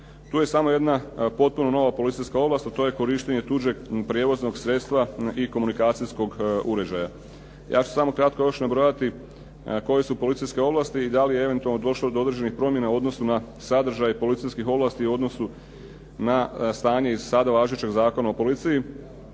Tu je samo jedna potpuno nova policijska ovlast, a to je korištenje tuđeg prijevoznog sredstva i komunikacijskog uređaja. Ja ću samo kratko još nabrojati koje su policijske ovlasti i da li je eventualno došlo do određenih promjena u odnosu na sadržaj policijskih ovlasti u odnosu na stanje iz sada važećeg Zakona o policiji.